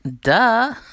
duh